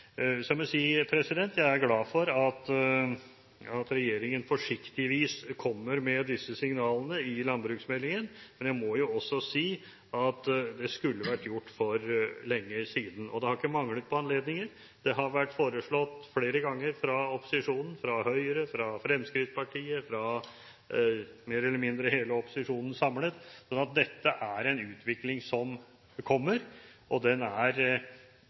jeg si at jeg er glad for at regjeringen forsiktigvis kommer med disse signalene i landbruksmeldingen, men jeg må jo også si at det skulle vært gjort for lenge siden. Det har ikke manglet på anledninger: Det har vært foreslått flere ganger fra opposisjonen – fra Høyre, fra Fremskrittspartiet, fra mer eller mindre en samlet opposisjon. Dette er en utvikling som kommer, og den er